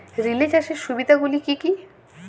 Relay চাষের সুবিধা গুলি কি কি?